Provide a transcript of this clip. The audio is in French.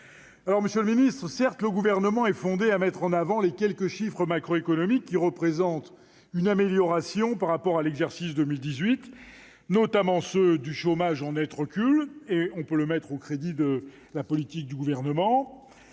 Monsieur le ministre, certes, le Gouvernement est fondé à mettre en avant les quelques chiffres macroéconomiques qui représentent une amélioration par rapport à l'exercice 2018, notamment ceux du chômage, en net recul, ce que l'on peut mettre au crédit de la politique du Gouvernement.